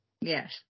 Yes